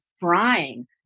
crying